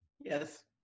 Yes